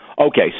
Okay